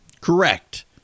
Correct